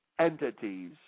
entities